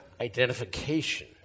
identification